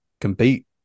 compete